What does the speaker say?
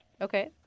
Okay